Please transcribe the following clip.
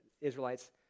Israelites